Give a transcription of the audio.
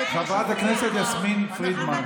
זה הנדסת תודעה של אותה קבוצה ששולטת כאן בתקשורת.